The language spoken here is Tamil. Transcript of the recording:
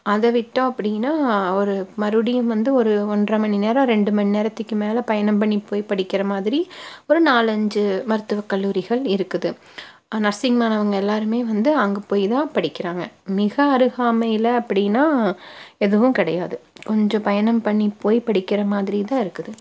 அதை விட்டோம் அப்படின்னா ஒரு மறுபடியும் வந்து ஒரு ஒன்றை மணி நேரம் ரெண்டு மணி நேரத்துக்கு மேலே பயணம் பண்ணி போய் படிக்கின்ற மாதிரி ஒரு நாலு அஞ்சு மருத்துவம் கல்லூரிகள் இருக்குது நர்ஸிங் மாணவங்கள் எல்லாரும் வந்து அங்கே போய் தான் படிக்கிறாங்கள் மிக அருகாமையில் அப்படின்னா எதுவும் கிடையாது கொஞ்சம் பயணம் பண்ணி போய் படிக்கின்ற மாதிரி தான் இருக்குது